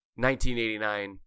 1989